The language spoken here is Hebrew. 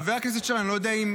חבר הכנסת שטרן,